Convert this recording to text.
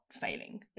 failing